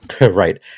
Right